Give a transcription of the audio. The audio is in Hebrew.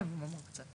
זה מתעכב עוד קצת,